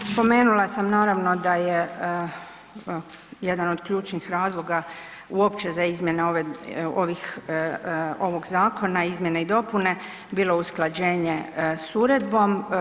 Spomenula sam, naravno, da je jedan od ključnih razloga uopće za izmjene ovih, ovog zakona, izmjene i dopune bilo usklađenje s uredbom.